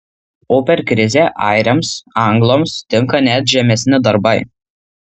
o per krizę airiams anglams tinka net žemesni darbai